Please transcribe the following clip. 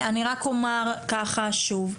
אני רק אומר ככה שוב,